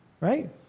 Right